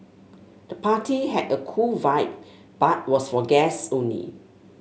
the party had a cool vibe but was for guests only